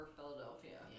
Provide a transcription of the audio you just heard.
Philadelphia